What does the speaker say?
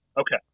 Okay